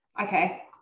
okay